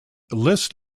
list